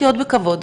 לחיות בכבוד,